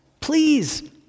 please